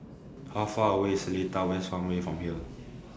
How Far away Seletar West Farmway from here